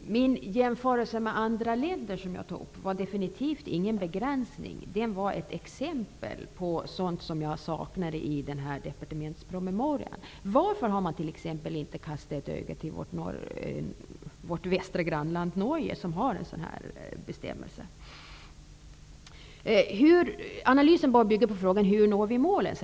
Min jämförelse med andra länder utgör definitivt inte någon begränsning. Det var ett exempel på sådant jag saknar i departementspromemorian. Varför har man t.ex. inte kastat ett öga på vårt västra grannland Norge som har infört en sådan bestämmelse? Analysen bör bygga på frågan hur vi skall nå målet.